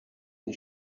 and